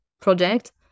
project